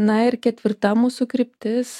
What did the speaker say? na ir ketvirta mūsų kryptis